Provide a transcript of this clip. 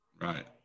Right